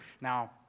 Now